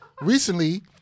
recently